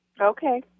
Okay